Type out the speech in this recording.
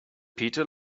peter